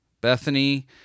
bethany